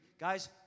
Guys